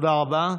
תודה רבה.